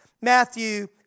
Matthew